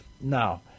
Now